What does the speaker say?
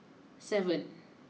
seven